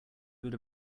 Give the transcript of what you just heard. good